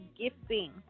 gifting